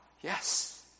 Yes